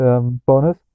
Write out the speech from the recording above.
Bonus